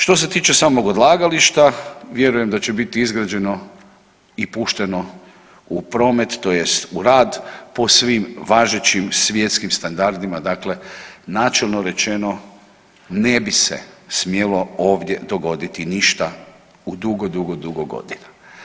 Što se tiče samog odlagališta vjerujem da će biti izgrađeno i pušteno u promet, tj. u rad po svim važećim svjetskim standardima, dakle načelno rečeno ne bi se smjelo ovdje dogoditi ništa u dugo, dugo godina.